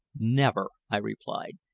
never, i replied.